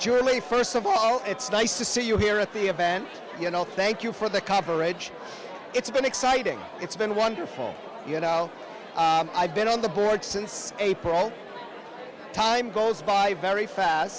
julie first of all it's nice to see you here at the event you know thank you for the coverage it's been exciting it's been wonderful you know i've been on the board since april time goes by very